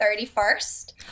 31st